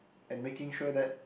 and making sure that